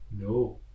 No